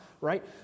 right